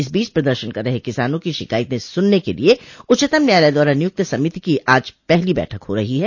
इस बीच प्रदर्शन कर रहे किसानों की शिकायतें सुनने के लिए उच्चतम न्यायालय द्वारा नियुक्त समिति की आज पहली बैठक हो रही है